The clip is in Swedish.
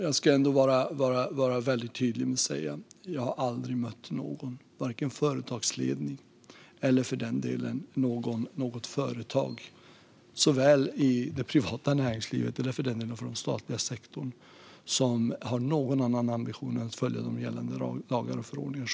Jag ska också vara väldigt tydlig med att jag aldrig har mött någon - vare sig företagsledning eller företag, vare sig i det privata näringslivet eller i den statliga sektorn - som haft någon annan ambition än att följa gällande lagar och förordningar.